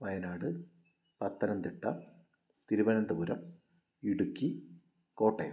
Wayanad Pathanamthitta Thiruvananthapuram Idukki Kottayam